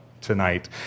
tonight